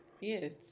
Yes